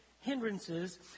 hindrances